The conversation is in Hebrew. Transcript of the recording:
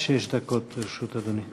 עד שש דקות לרשות אדוני.